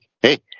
Hey